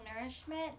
nourishment